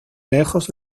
lejos